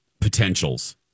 potentials